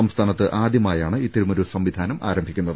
സംസ്ഥാനത്ത് ആദ്യമാ യാണ് ഇത്തരമൊരു സംവിധാനം ആരംഭിക്കുന്നത്